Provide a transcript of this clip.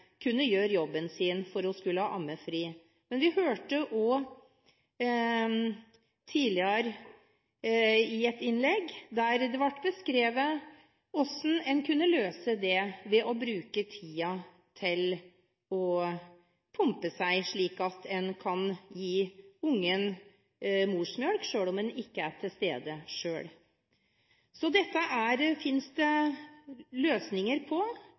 kunne gjøre jobben sin fordi hun skulle ha ammefri. Men vi hørte også i et tidligere innlegg beskrevet hvordan en kunne løse dette ved å bruke tiden til å pumpe seg. Slik kan en gi ungen morsmelk selv om en ikke selv er til stede. Dette finnes det løsninger på